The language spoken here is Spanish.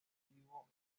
narrativo